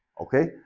okay